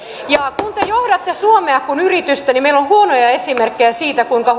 ja kun te johdatte suomea kuin yritystä niin meillä on huonoja esimerkkejä siitä kuinka